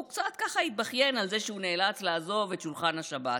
הוא קצת התבכיין על זה שהוא נאלץ לעזוב את שולחן השבת.